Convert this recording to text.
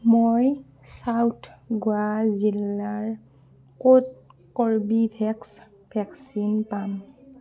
মই চাউথ গোৱা জিলাৰ ক'ত কৰ্বীভেক্স ভেকচিন পাম